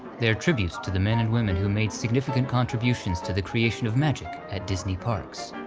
they are tributes to the men and women who made significant contributions to the creation of magic at disney parks.